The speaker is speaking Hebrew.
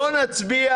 אנחנו נצביע